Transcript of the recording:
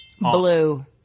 Blue